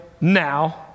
Now